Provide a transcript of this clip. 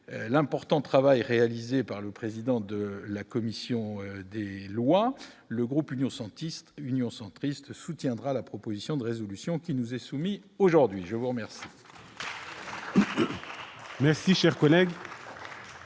l'important travail réalisé par le président de la commission des lois, le groupe union Santis Union centriste soutiendra la proposition de résolution qui nous est soumis, aujourd'hui, je vous remercie. Merci, cher collègue.